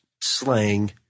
slang